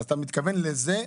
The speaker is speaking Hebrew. אז אתה מתכוון לזה?